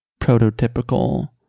prototypical